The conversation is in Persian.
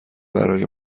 برای